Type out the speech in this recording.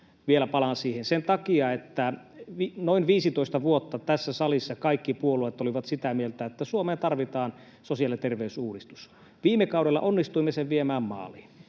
vielä palaan siihen? Sen takia, että noin 15 vuotta tässä salissa kaikki puolueet olivat sitä mieltä, että Suomeen tarvitaan sosiaali- ja terveysuudistus. Viime kaudella onnistuimme sen viemään maaliin.